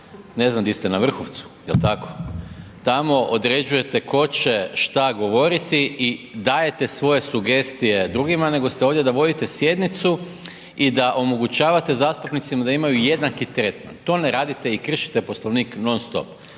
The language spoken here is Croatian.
ne znam di ste, na Vrhovcu, jel' tako, tamo određujete ko će šta govoriti i dajete svoje sugestije drugima nego ste ovdje da vodite sjednicu i da omogućavate zastupnicima da imaju jednaki tretman. To ne radite i kršite Poslovnik non-stop.